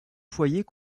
foyers